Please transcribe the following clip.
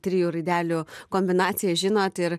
trijų raidelių kombinaciją žinot ir